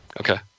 okay